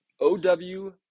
OW